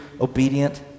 obedient